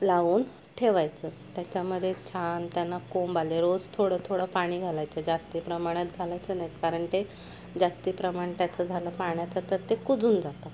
लावून ठेवायचं त्याच्यामध्ये छान त्यांना कोंब आले रोज थोडं थोडं पाणी घालायचं जास्ती प्रमाणात घालायचं नाहीत कारण ते जास्ती प्रमाण त्याचं झालं पाण्याचं तर ते कुजून जातं